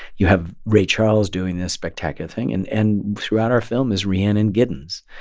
you have ray charles doing this spectacular thing. and and throughout our film is rhiannon giddens,